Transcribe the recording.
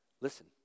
Listen